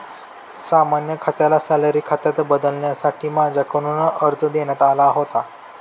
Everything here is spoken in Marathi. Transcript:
सामान्य खात्याला सॅलरी खात्यात बदलण्यासाठी माझ्याकडून अर्ज देण्यात आला होता